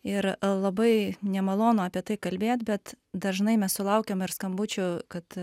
ir labai nemalonu apie tai kalbėt bet dažnai mes sulaukiame ir skambučių kad